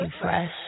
fresh